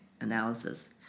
analysis